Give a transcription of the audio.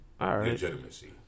legitimacy